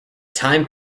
time